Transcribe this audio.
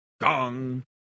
Gong